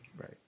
Right